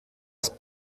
ist